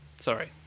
sorry